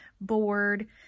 bored